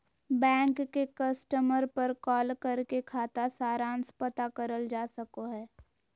bank के customer पर call करके खाता सारांश पता करल जा सको हय